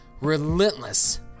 relentless